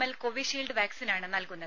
L Covishield വാക്സിനാണ് നൽകുന്നത്